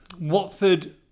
Watford